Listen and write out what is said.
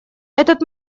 этот